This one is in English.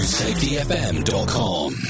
safetyfm.com